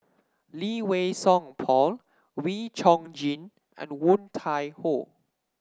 Lee Wei Song Paul Wee Chong Jin and Woon Tai Ho